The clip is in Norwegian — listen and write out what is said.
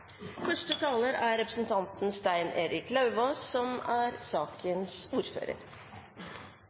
Første taler er representanten Stein Erik Lauvås,